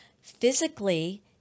physically